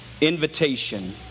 invitation